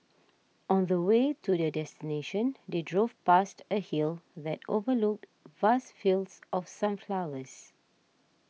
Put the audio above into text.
on the way to their destination they drove past a hill that overlooked vast fields of sunflowers